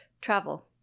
travel